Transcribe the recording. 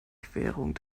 querung